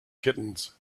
kittens